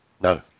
No